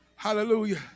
Hallelujah